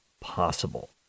possible